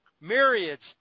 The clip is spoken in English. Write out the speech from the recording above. Myriads